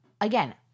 again